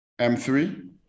M3